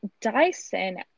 Dyson